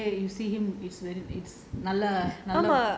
at the end of the day you see him is very is